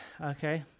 okay